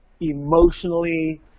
emotionally